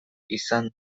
izan